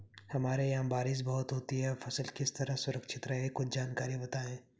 हमारे यहाँ बारिश बहुत होती है फसल किस तरह सुरक्षित रहे कुछ जानकारी बताएं?